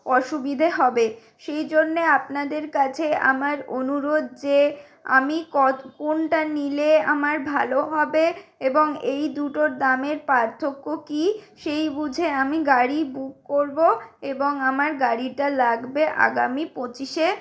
অসুবিধে হবে সেই জন্য আপনাদের কাছে আমার অনুরোধ যে আমি কোনটা নিলে আমার ভালো হবে এবং এই দুটোর দামের পার্থক্য কী সেই বুঝে আমি গাড়ি বুক করব এবং আমার গাড়িটা লাগবে আগামী পঁচিশে